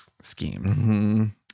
scheme